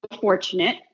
fortunate